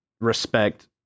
respect